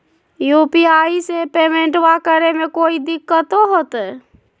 UPI से पेमेंटबा करे मे कोइ दिकतो होते?